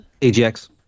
AGX